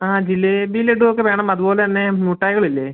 ആ ജിലേബി ലഡ്ഡുവൊക്കെ വേണം അതുപോലെ തന്നെ മുട്ടായികളില്ലെ